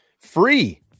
free